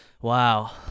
Wow